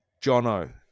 Jono